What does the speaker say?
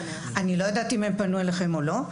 אני לא יודעת אם הם פנו אליכם או לא.